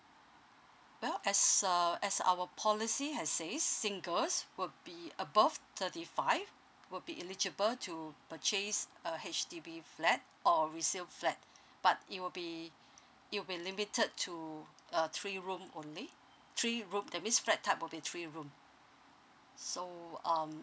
well as uh as our policy has says singles will be above thirty five would be eligible to purchase a H_D_B flat or resale flat but it will be it will be limited to a three room only three room that means flat type will be three room so um